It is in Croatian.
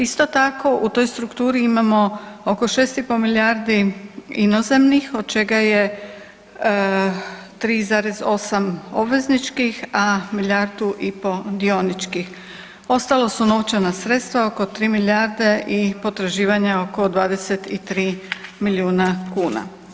Isto tako u toj strukturi imamo oko 6,5 milijardi inozemnih od čega je 3,8 obvezničkih, a milijardu i pol dioničkih, ostalo su novčana sredstva oko 3 milijarde i potraživanja oko 23 milijuna kuna.